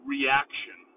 reaction